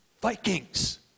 Vikings